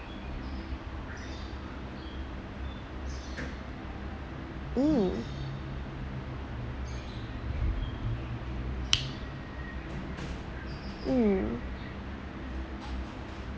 mm mm